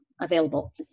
available